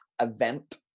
event